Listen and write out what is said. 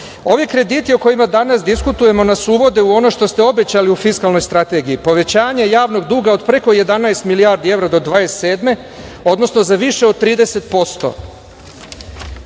krediti o kojima danas diskutujemo nas uvode u ono što ste obećali u fiskalnoj strategiji, povećanje javnog duga od preko 11 milijardi evra do 2027. odnosno za više od